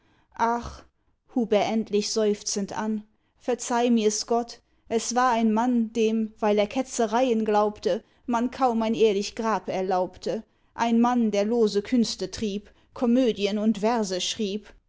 hub er endlich seufzend an verzeih mirs gott es war ein mann dem weil er ketzereien glaubte man kaum ein ehrlich grab erlaubte ein mann der lose künste trieb komödien und verse schrieb